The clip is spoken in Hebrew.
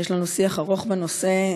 יש לנו שיח ארוך בנושא,